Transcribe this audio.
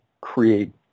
create